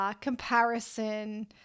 Comparison